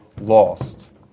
lost